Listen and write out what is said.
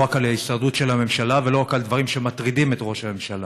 לא רק על ההישרדות של הממשלה ולא רק על דברים שמטרידים את ראש הממשלה.